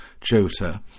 Jota